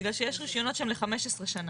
בגלל שיש רישיונות שהם ל-15 שנה.